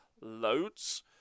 loads